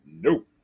Nope